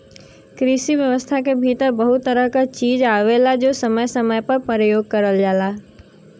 कृषि व्यवसाय के भीतर बहुत तरह क चीज आवेलाजो समय समय पे परयोग करल जाला